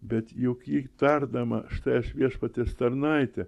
bet juk ji tardama štai aš viešpaties tarnaitė